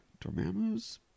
Dormammu's